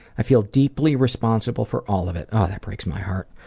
i feel deeply responsible for all of it, oh, that breaks my heart,